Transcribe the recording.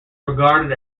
regarded